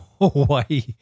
Hawaii